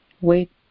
wait